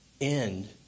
end